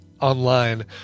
online